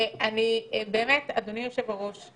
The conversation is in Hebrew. אדוני יושב-הראש,